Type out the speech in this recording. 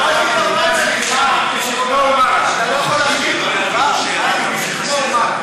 זה, צחי, שלא יגידו שירדת מנכסיך.